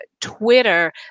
Twitter